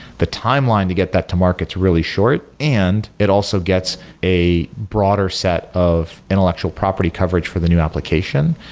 the timeline to get that to market is really short, and it also gets a broader set of intellectual property coverage for the new application.